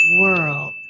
world